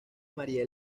maría